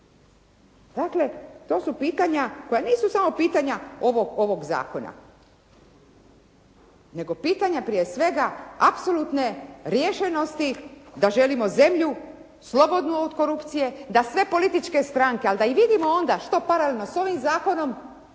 Dakle, to su pitanja koja nisu samo pitanja ovog zakona, nego pitanja prije svega apsolutne riješenosti da želimo zemlju slobodnu od korupcije, da sve političke stranke, ali da ih vidim onda što paralelno s ovim zakonom